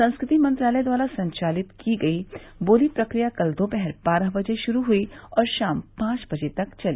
संस्कृति मंत्रालय द्वारा संचालित की गई बोली प्रक्रिया कल दोपहर बारह बजे शुरू हुई और शाम पांच बजे तक चली